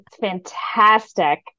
fantastic